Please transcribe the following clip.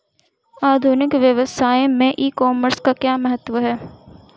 आधुनिक व्यवसाय में ई कॉमर्स का क्या महत्व है?